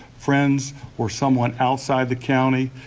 friends or someone outside the county.